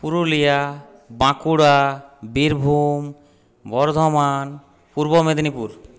Purulia Bankura Birbhum Bardhaman Purba Medinipur